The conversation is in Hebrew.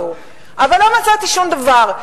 אבל לא מצאתי שום דבר,